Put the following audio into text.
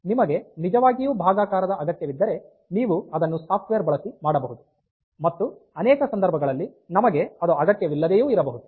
ಆದ್ದರಿಂದ ನಿಮಗೆ ನಿಜವಾಗಿಯೂ ಭಾಗಾಕಾರದ ಅಗತ್ಯವಿದ್ದರೆ ನೀವು ಅದನ್ನು ಸಾಫ್ಟ್ ವೇರ್ ಬಳಸಿ ಮಾಡಬಹುದು ಮತ್ತು ಅನೇಕ ಸಂದರ್ಭಗಳಲ್ಲಿ ನಮಗೆ ಅದು ಅಗತ್ಯವಿಲ್ಲದೆಯೂ ಇರಬಹುದು